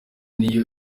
niyo